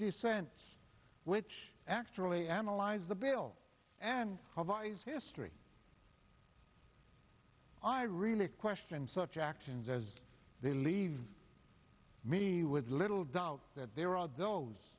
dissent which actually analyze the bill and of eyes history i really question such actions as they leave me with little doubt that there are those